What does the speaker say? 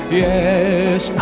yes